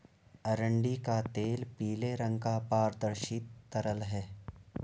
अरंडी का तेल पीले रंग का पारदर्शी तरल है